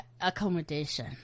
accommodation